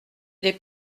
des